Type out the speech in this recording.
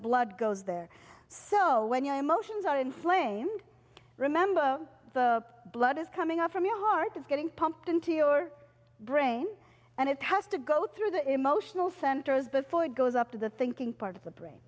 blood goes there so when your emotions are inflamed remember the blood is coming up from your heart is getting pumped into your brain and it has to go through the emotional centers before it goes up to the thinking part of the brain